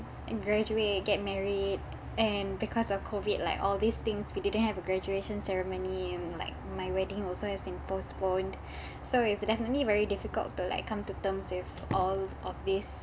and graduate and get married and because of COVID like all these things we didn't have a graduation ceremony and like my wedding also has been postponed so it's definitely very difficult to like come to terms with all of this